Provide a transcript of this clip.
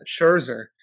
Scherzer